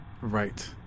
Right